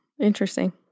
interesting